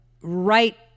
right